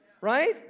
right